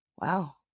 Wow